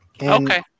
Okay